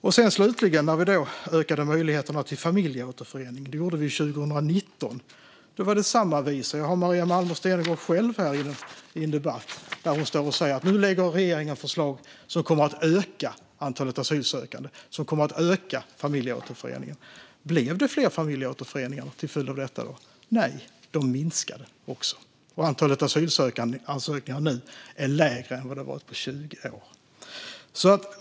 När vi slutligen ökade möjligheterna till familjeåterförening 2019 var det också samma visa. Jag har här en debattartikel från Maria Malmer Stenergard själv där hon säger att regeringen nu lägger fram förslag som kommer att öka antalet asylsökande och öka familjeåterföreningen. Blev det fler familjeåterföreningar till följd av detta? Nej, de minskade också. Och antalet asylansökningar är nu lägre än vad det varit på 20 år.